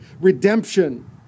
redemption